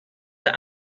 der